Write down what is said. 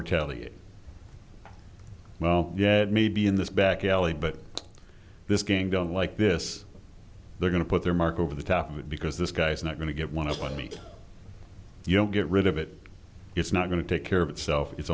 retaliate well yeah maybe in this back alley but this gang don't like this they're going to put their mark over the top of it because this guy's not going to get one of twenty you don't get rid of it it's not going to take care of itself it's